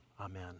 Amen